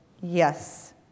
Yes